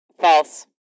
False